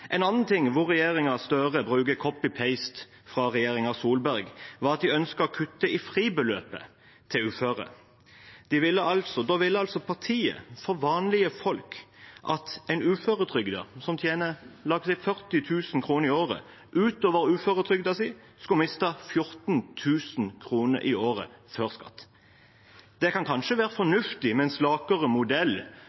En annen sak hvor regjeringen Støre brukte «copy paste» fra regjeringen Solberg, var da de ønsket å kutte i fribeløpet til uføre. Partiet for vanlige folk ville altså at en uføretrygdet som tjener la oss si 40 000 kr i året utover uføretrygden, skulle miste 14 000 kr i året før skatt. Det kan kanskje være